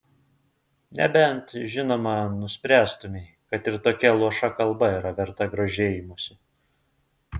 nebent žinoma nuspręstumei kad ir tokia luoša kalba yra verta grožėjimosi